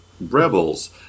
Rebels